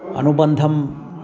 अनुबन्धम्